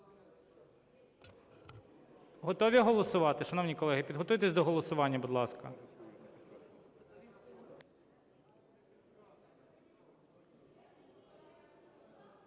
Готові голосувати, шановні колеги? Підготуйтесь до голосування, будь ласка.